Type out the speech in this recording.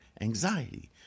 anxiety